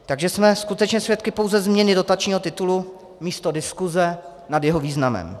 Takže jsme skutečně svědky pouze změny dotačního titulu místo diskuse nad jeho významem.